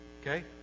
Okay